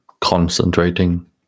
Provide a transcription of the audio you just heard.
concentrating